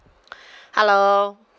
hello